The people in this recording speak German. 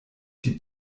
die